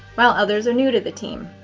while others are new to the team.